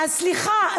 סליחה,